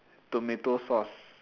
tomato sauce